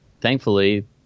thankfully